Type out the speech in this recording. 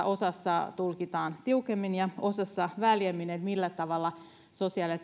osassa tulkitaan tiukemmin ja osassa väljemmin millä tavalla sosiaali ja